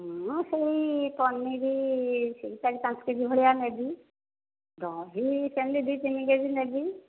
ମୁଁ ସେଇ ପନିର ଚାରି ପାଞ୍ଚ କେ ଜି ଭଳିଆ ନେବି ଦହି ସେମିତି ଦୁଇ ତିନି କେ ଜି ନେବି